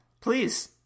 please